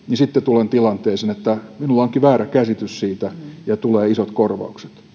niin sitten tulen tilanteeseen että minulla onkin väärä käsitys siitä ja tulee isot korvaukset